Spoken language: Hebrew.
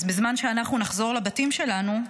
אז בזמן שאנחנו נחזור לבתים שלנו,